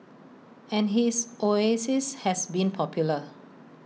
and his oasis has been popular